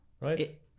Right